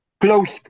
closed